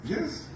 Yes